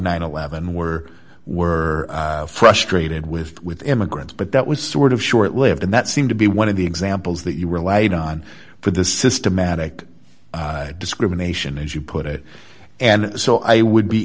and eleven were were frustrated with with immigrants but that was sort of short lived and that seemed to be one of the examples that you were lied on for the systematic discrimination as you put it and so i would be